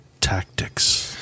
tactics